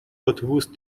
اتوبوس